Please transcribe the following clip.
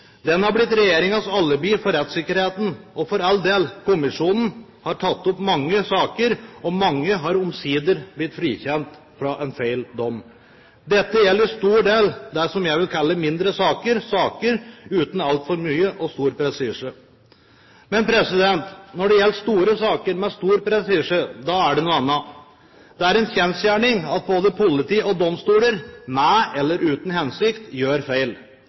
Den har blitt regjeringens alibi for rettssikkerheten, og for all del, kommisjonen har tatt opp mange saker, og mange har omsider blitt frikjent etter en feil dom. Dette gjelder for en stor del det som jeg vil kalle mindre saker, saker uten altfor mye og stor prestisje. Men når det gjelder store saker med stor prestisje, da er det noe annet. Det er en kjensgjerning at både politi og domstoler, med eller uten hensikt, gjør feil.